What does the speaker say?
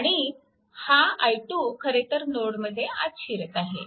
आणि हा i2 खरेतर नोडमध्ये आत शिरत आहे